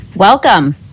Welcome